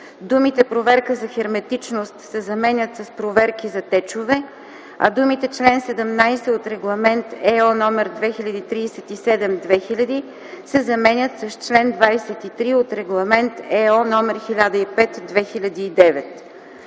думите „проверка за херметичност” се заменят с „проверки за течове”, а думите „чл. 17 от Регламент /ЕО/ № 2037/2000” се заменят с „чл. 23 от Регламент /ЕО/ № 1005/2009”.